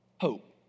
hope